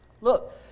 Look